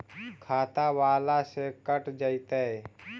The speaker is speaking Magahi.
खाता बाला से कट जयतैय?